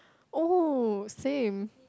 oh same